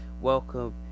welcome